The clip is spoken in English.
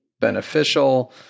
beneficial